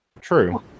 True